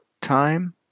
time